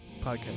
podcast